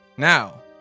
Now